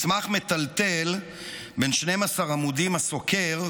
מסמך מטלטל בן 12 עמודים הסוקר,